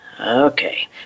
okay